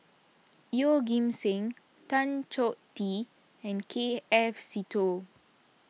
Yeoh Ghim Seng Tan Choh Tee and K F Seetoh